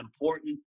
important